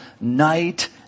night